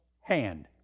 hand